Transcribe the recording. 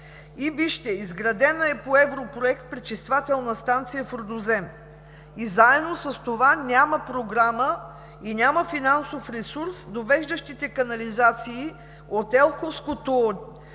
– изградена е по европроект пречиствателна станция в Рудозем и заедно с това няма програма и няма финансов ресурс, довеждащите канализации от Елховското корито